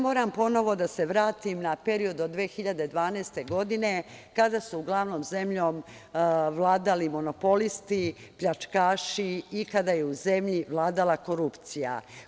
Moram ponovo da se vratim na period od 2012. godine, kada su uglavnom zemljom vladali monopolisti, pljačkaši i kada je u zemlji vladala korupcija.